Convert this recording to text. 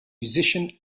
musician